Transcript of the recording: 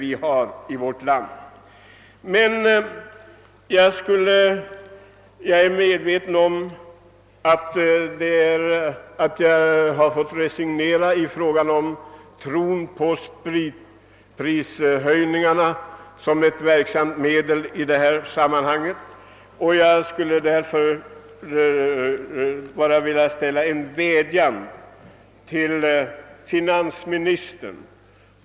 Jag har som sagt fått resignera när det gäller att undergräva tron på prishöjningar som ett verksamt medel mot alkoholmissbruk, men jag vill framföra en vädjan till finansministern.